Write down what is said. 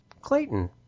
Clayton